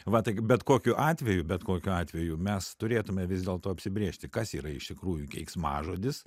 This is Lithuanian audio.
va taigi bet kokiu atveju bet kokiu atveju mes turėtume vis dėlto apsibrėžti kas yra iš tikrųjų keiksmažodis